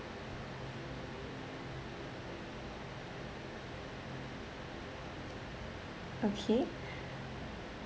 okay